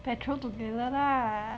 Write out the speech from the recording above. patrol together lah